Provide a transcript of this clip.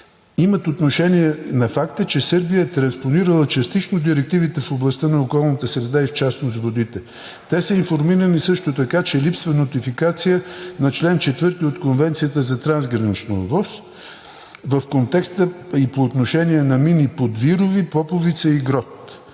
имат отношение по факта, че Сърбия е транспонирала частично директивите в областта на околната среда и частност водите. Те са информирани също така, че липсва нотификация на чл. 4 от Конвенцията за трансгранична ОВОС, в контекста и по отношение на мини „Подвирови“, „Поповица“ и „Грот“.